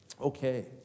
Okay